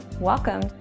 Welcome